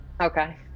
Okay